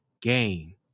game